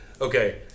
okay